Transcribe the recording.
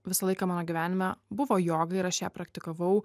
visą laiką mano gyvenime buvo joga ir aš ją praktikavau